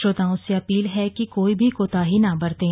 श्रोताओं से अपील है कि कोई भी कोताही न बरतें